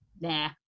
nah